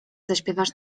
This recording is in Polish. zaśpiewasz